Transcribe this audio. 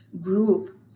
group